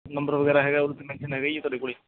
number ਵਗੈਰਾ ਹੈਗਾ ਉਹਦੇ 'ਤੇ ਮੈਂਸ਼ਨ ਹੈਗਾ ਹੀ ਹੈ ਤੁਹਾਡੇ ਕੋਲੇ